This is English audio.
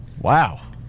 Wow